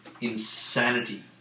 insanity